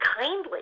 kindly